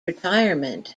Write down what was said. retirement